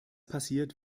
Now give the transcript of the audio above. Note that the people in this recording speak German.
passiert